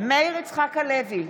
מאיר יצחק הלוי,